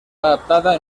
adaptada